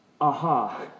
Aha